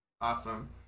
Awesome